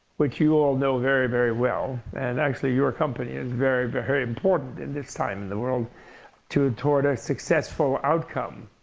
which you all know very, very well. and actually, your company is very, very important in this time in the world toward a successful outcome,